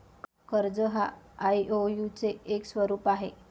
कर्ज हा आई.ओ.यु चे एक स्वरूप आहे